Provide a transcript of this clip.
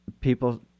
people